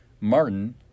Martin